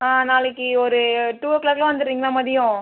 ஆ நாளைக்கு ஒரு டூ ஓ க்ளாக்லாம் வந்துடுறிங்களா மதியம்